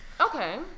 Okay